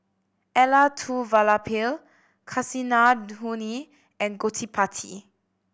Elattuvalapil Kasinadhuni and Gottipati